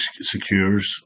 secures